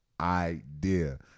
idea